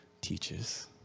teaches